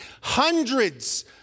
Hundreds